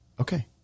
Okay